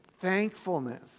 thankfulness